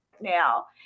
now